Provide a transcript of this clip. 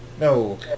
No